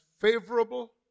favorable